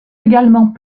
également